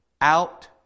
out